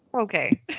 Okay